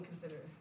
consider